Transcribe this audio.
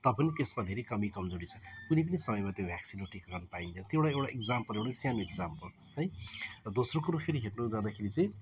त पनि त्यसमा धेरै कमी कमजोडी छ कुनै पनि समयमा त्यो भ्याक्सिन वा टिका लाउनु पाइँदैन त्यो एउटा एउटा एक्जाम्पल एउटा सानो एक्जाम्पल है र दोस्रो कुरो फेरि हेर्नु जाँदाखेरि चाहिँ